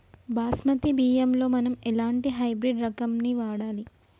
బాస్మతి బియ్యంలో మనం ఎలాంటి హైబ్రిడ్ రకం ని వాడాలి?